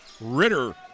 Ritter